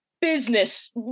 business